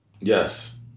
Yes